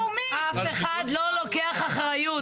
אף אחד לא לוקח אחריות,